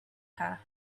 her